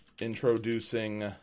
introducing